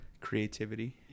Creativity